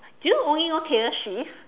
do you only know Taylor Swift